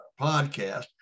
podcast